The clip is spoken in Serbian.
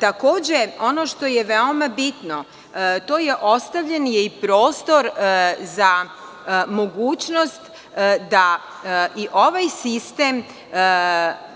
Takođe, ono što je veoma bitno, jeste to da je ostavljen i prostor za mogućnost da i ovaj sistem